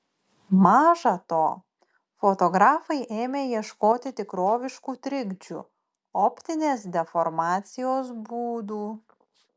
maža to fotografai ėmė ieškoti tikroviškų trikdžių optinės deformacijos būdų